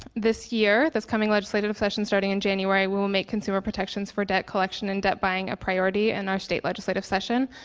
this year, this coming legislative session starting in january, will will make consumer protections for debt collection and debt buying a priority in and our state legislative session.